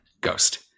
ghost